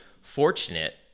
fortunate